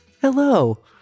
Hello